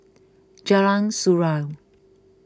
Jalan Surau